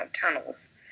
tunnels